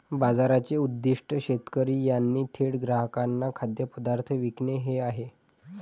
बाजाराचे उद्दीष्ट शेतकरी यांनी थेट ग्राहकांना खाद्यपदार्थ विकणे हे आहे